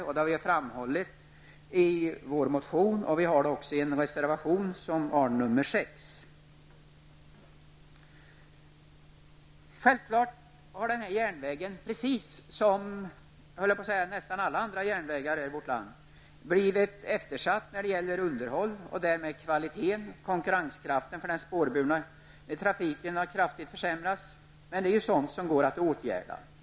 Detta har vi framhållit i vår motion och även i reservation 6. Självfallet har denna järnväg, precis som -- höll jag på att säga -- nästan alla andra järnvägar här i vårt land, blivit eftersatt när det gäller underhåll. Därmed har kvaliteten och konkurrenskraften för den spårburna trafiken kraftigt försämrats. Men det är ju sådant som går att åtgärda.